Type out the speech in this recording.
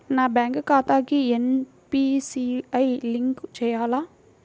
నా బ్యాంక్ ఖాతాకి NPCI link చేయాలా?